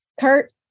Kurt